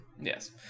Yes